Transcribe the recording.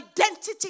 identity